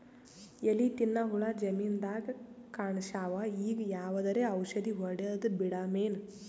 ಎಲಿ ತಿನ್ನ ಹುಳ ಜಮೀನದಾಗ ಕಾಣಸ್ಯಾವ, ಈಗ ಯಾವದರೆ ಔಷಧಿ ಹೋಡದಬಿಡಮೇನ?